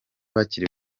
bakiri